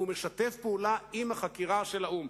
והוא משתף פעולה עם החקירה של האו"ם.